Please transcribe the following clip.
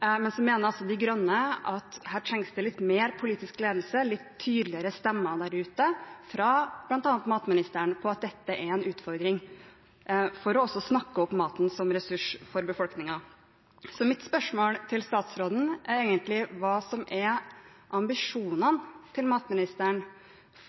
Men så mener De Grønne at her trengs det litt mer politisk ledelse, litt tydeligere stemmer der ute – fra bl.a. matministeren – om at dette er en utfordring, også for å snakke opp maten som ressurs for befolkningen. Så mitt spørsmål til statsråden er egentlig hva som er ambisjonene til matministeren